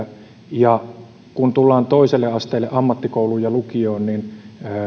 ja kun tullaan toiselle asteelle ammattikouluun ja lukioon niin